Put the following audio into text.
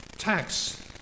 tax